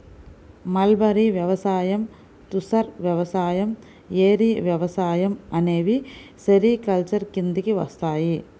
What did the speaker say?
mulberry వ్యవసాయం, తుసర్ వ్యవసాయం, ఏరి వ్యవసాయం అనేవి సెరికల్చర్ కిందికి వస్తాయి